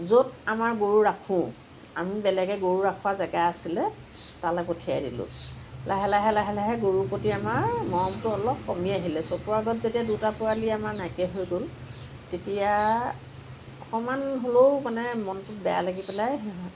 য'ত আমাৰ গৰু ৰাখোঁ আমি বেলেগে গৰু ৰখোৱা জেগা আছিলে তালৈ পঠিয়াই দিলোঁ লাহে লাহে লাহে লাহে গৰুৰ প্ৰতি আমাৰ মৰমটো অলপ কমি আহিলে চকুৰ আগত যেতিয়া দুটা পোৱালী আমাৰ নাইকীয়া হৈ গ'ল তেতিয়া অকণমান হ'লেও মানে মনটোত বেয়া লাগি পেলাই